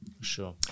Sure